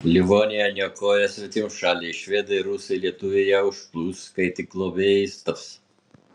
livoniją niokoja svetimšaliai švedai rusai lietuviai ją užplūs kai tik globėjais taps